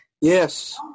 Yes